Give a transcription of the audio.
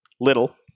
Little